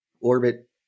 orbit